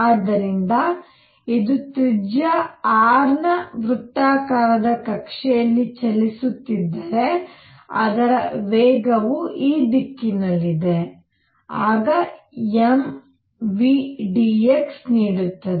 ಆದ್ದರಿಂದ ಇದು ತ್ರಿಜ್ಯ r ನ ವೃತ್ತಾಕಾರದ ಕಕ್ಷೆಯಲ್ಲಿ ಚಲಿಸುತ್ತಿದ್ದರೆ ಅದರ ವೇಗವು ಈ ದಿಕ್ಕಿನಲ್ಲಿದೆ ಆಗ m v dx ನೀಡುತ್ತದೆ